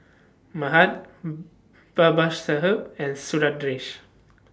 Mahade Babasaheb and Sundaresh